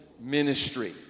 ministry